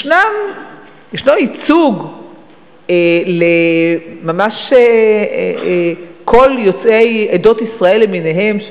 ישנו ייצוג ממש לכל יוצאי עדות ישראל למיניהן,